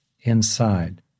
inside